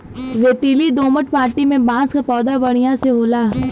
रेतीली दोमट माटी में बांस क पौधा बढ़िया से होला